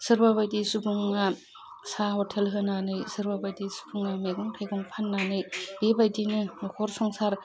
सोरबा बायदि सुबुङा साह हटेल होनानै सोरबा बायदि सुबुङा मैगं थाइगं फाननानै बेबायदिनो नखर संसार